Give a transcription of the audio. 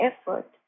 effort